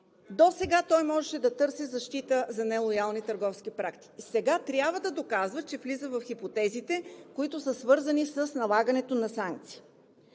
досега той можеше да търси защита за нелоялни търговски практики, а сега трябва да доказва, че влиза в хипотезите, които са свързани с налагането на санкции.